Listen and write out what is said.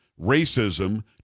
racism